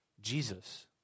Jesus